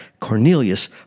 Cornelius